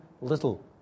little